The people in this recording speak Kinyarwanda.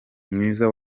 mwiza